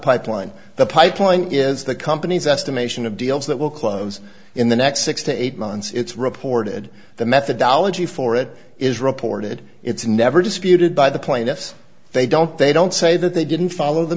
pipeline the pipeline is the company's estimation of deals that will close in the next six to eight months it's reported the methodology for it is reported it's never disputed by the plaintiffs they don't they don't say that they didn't follow the